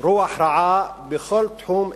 רוח רעה בכל תחום אפשרי.